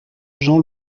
jean